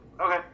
okay